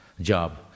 job